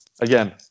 again